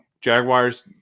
Jaguars